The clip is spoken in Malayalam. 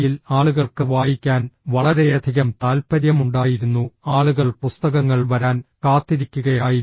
യിൽ ആളുകൾക്ക് വായിക്കാൻ വളരെയധികം താൽപ്പര്യമുണ്ടായിരുന്നു ആളുകൾ പുസ്തകങ്ങൾ വരാൻ കാത്തിരിക്കുകയായിരുന്നു